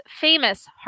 Famous